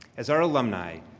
as our alumni,